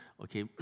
okay